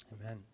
Amen